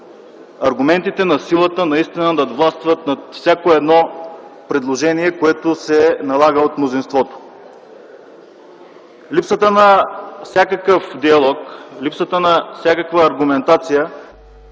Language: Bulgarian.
аргументите на силата наистина да властват над всяко едно предложение, което се налага от мнозинството. Липсата на всякакъв диалог, липсата на всякаква аргументация